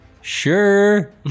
Sure